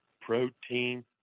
protein